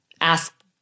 ask